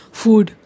food